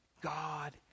God